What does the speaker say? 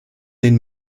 den